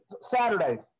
Saturday